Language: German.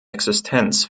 existenz